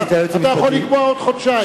אתה יכול לקבוע עוד חודשיים.